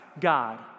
God